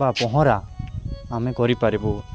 ବା ପହଁରା ଆମେ କରିପାରିବୁ